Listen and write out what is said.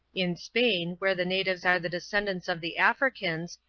in spain, where the natives are the descendants of the africans,